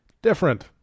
Different